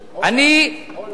הולנד.